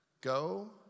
Go